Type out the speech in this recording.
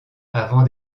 avant